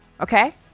okay